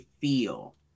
feel